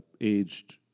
aged